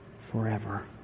forever